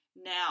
Now